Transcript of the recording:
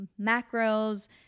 macros